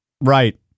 Right